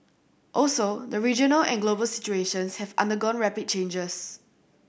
also the regional and global situations have undergone rapid changes